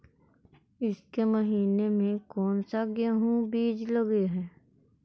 ईसके महीने मे कोन सा गेहूं के बीज लगे है?